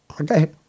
Okay